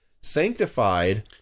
Sanctified